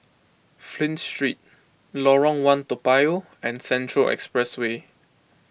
Flint Street Lorong one Toa Payoh and Central Expressway